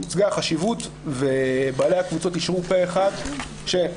הוצגה החשיבות ובעלי הקבוצות אישרו פה אחד שבעונת